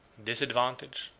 this advantage,